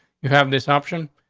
you have this option.